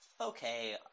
okay